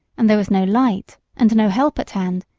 and there was no light and no help at hand,